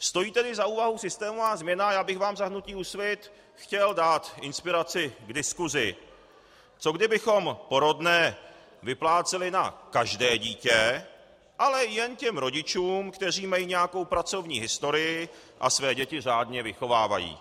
Stojí tedy za úvahu systémová změna a já bych vám za hnutí Úsvit chtěl dát inspiraci k diskusi: Co kdybychom porodné vypláceli na každé dítě, ale jen těm rodičům, kteří mají nějakou pracovní historii a své děti řádně vychovávají?